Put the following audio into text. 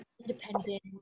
independent